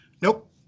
Nope